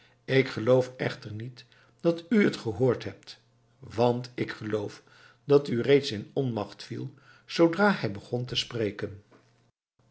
ik geloof echter niet dat u t gehoord hebt want ik geloof dat u reeds in onmacht viel zoodra hij begon te spreken